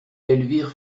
elvire